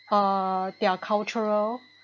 uh their cultural